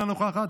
אינה נוכחת,